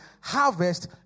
harvest